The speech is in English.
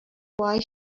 why